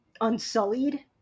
unsullied